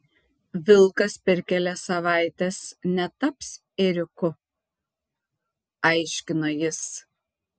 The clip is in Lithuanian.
vilkas per kelias savaites netaps ėriuku aiškino jis